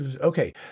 Okay